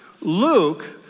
Luke